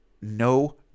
No